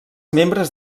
membres